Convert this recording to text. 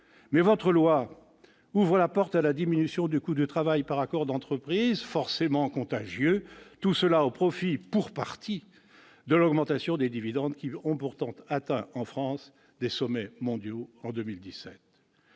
mais votre loi ouvre la porte à la diminution du coût du travail par des accords d'entreprise forcément contagieux, tout cela au profit, pour partie, de l'augmentation des dividendes qui ont pourtant atteint, en France, des sommets mondiaux en 2017.